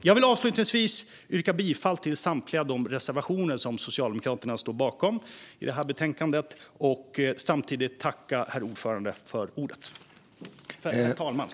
Jag vill avslutningsvis yrka bifall till samtliga reservationer som Socialdemokraterna står bakom i detta betänkande, reservationerna 16, 33 och 41, samt till vårt särskilda yttrande.